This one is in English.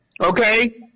Okay